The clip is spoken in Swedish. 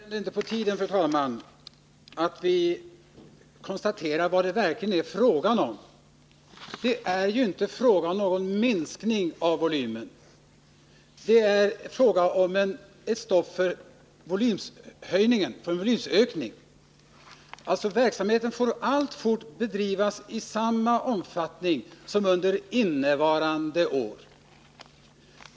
Fru talman! Är det inte på tiden att vi konstaterar vad saken verkligen gäller? Det är ju inte fråga om någon volymminskning, utan det är fråga om ett stopp för en volymökning. Verksamheten får alltså alltfort bedrivas i samma omfattning som under innevarande budgetår.